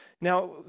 Now